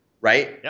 Right